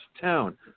town